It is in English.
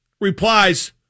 replies